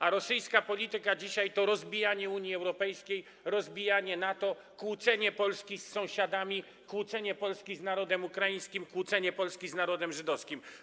A rosyjska polityka dzisiaj to rozbijanie Unii Europejskiej, rozbijanie NATO, skłócenie Polski z sąsiadami, skłócenie Polski z narodem ukraińskim, skłócenie Polski z narodem żydowskim.